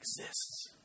exists